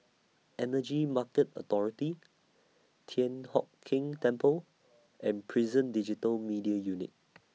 Energy Market Authority Thian Hock Keng Temple and Prison Digital Media Unit